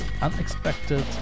unexpected